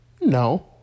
No